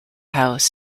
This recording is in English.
house